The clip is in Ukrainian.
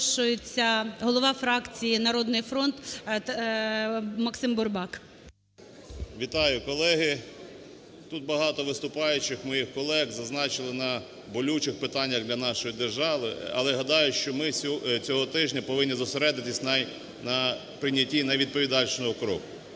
Вітаю, колеги. Тут багато виступаючих моїх колег зазначили на болючих питаннях для нашої держави, але гадаю, що ми цього тижня повинні зосередитись на прийняті найвідповідальнішого кроку.